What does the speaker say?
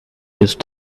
used